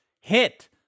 hit